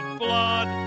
blood